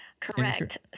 Correct